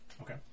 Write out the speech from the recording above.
Okay